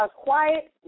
quiet